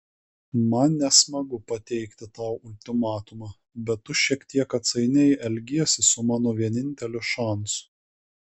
man nesmagu pateikti tau ultimatumą bet tu šiek tiek atsainiai elgiesi su mano vieninteliu šansu